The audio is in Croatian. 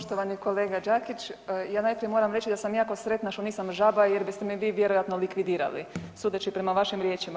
Poštovani kolega Đakić, ja najprije moram reći da sam jako sretna što nisam žaba jer biste me vi vjerojatno likvidirali sudeći prema vašim riječima.